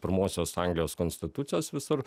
pirmosios anglijos konstitucijos visur